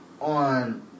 on